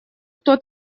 кто